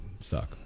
suck